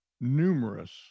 numerous